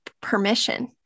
permission